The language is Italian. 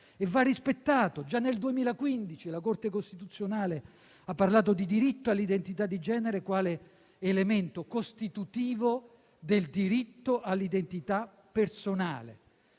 e va rispettato. Già nel 2015 la Corte costituzionale ha parlato di diritto all'identità di genere quale elemento costitutivo del diritto all'identità personale,